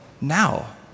now